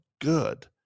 good